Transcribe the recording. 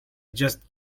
just